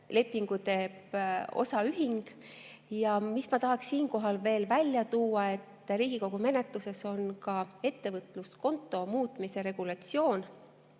lepingu teeb osaühing. Ma tahaksin siinkohal veel välja tuua, et Riigikogu menetluses on ettevõtluskonto muutmise regulatsioon,